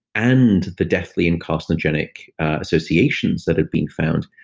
and the deathly and carcinogenic associations that have been found.